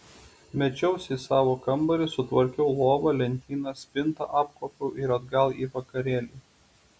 mečiausi į savo kambarį sutvarkiau lovą lentyną spintą apkuopiau ir atgal į vakarėlį